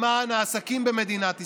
למען העסקים במדינת ישראל.